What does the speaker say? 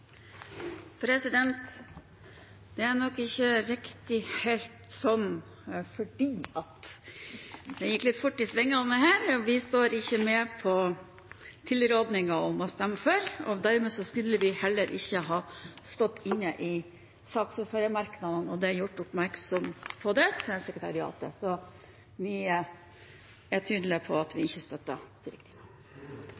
nok ikke helt sånn, for det gikk litt fort i svingene her. Vi er ikke med på tilrådningen om å stemme for, dermed skulle vi heller ikke vært med på komiteens merknader. Sekretariatet er gjort oppmerksom på dette. Vi er tydelige på at vi